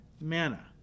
manna